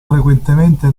frequentemente